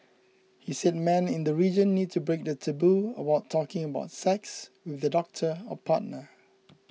he said men in the region need to break the taboo about talking about sex with their doctor or partner